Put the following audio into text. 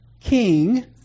king